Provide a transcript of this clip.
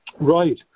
Right